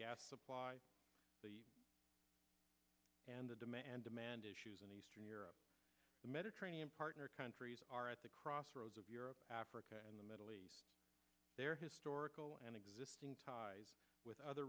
gas supply and the demand and demand issues in eastern europe the mediterranean partner countries are at the crossroads of europe africa and the middle east their historical and existing ties with other